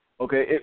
Okay